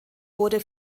wurde